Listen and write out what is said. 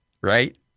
right